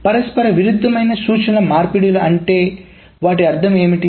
పరస్పర విరుద్ధమైన సూచనల మార్పిడులు అంటే వాటి అర్థం ఏమిటి